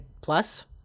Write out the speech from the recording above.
plus